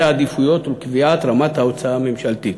העדיפויות וקביעת רמת ההוצאה הממשלתית.